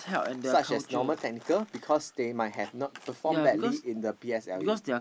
such as normal technical because they might not have perform badly in the P_S_L_E